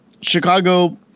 Chicago